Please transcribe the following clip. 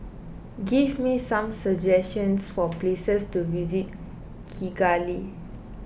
give me some suggestions for places to visit Kigali